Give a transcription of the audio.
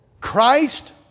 Christ